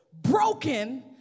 broken